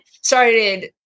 started